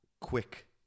quick